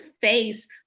face